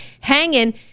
hanging